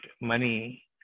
money